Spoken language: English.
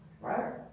Right